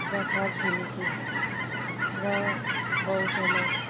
र छर छिमेकी र गाउँ समाज